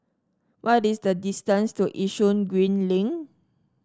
what is the distance to Yishun Green Link